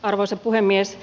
arvoisa puhemies